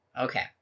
Okay